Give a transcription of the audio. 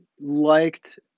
liked